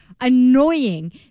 annoying